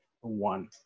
one